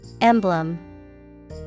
Emblem